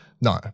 no